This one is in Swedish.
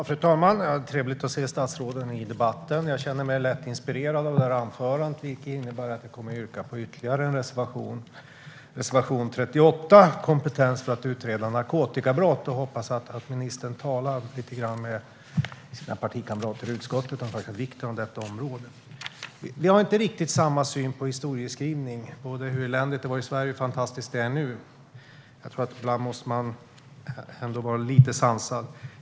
Fru talman! Det är trevligt att se statsråden i debatten. Jag känner mig lätt inspirerad av detta anförande, vilket innebär att jag kommer att yrka bifall till ytterligare en reservation - reservation 38 om kompetens för att utreda narkotikabrott. Jag hoppas att ministern talar lite grann med sina partikamrater i utskottet om vikten av detta område. Vi har inte riktigt samma syn på historieskrivningen, vare sig när det gäller hur eländigt det var i Sverige eller när det gäller hur fantastiskt det är nu. Ibland måste man ändå vara lite sansad.